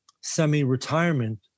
semi-retirement